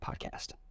podcast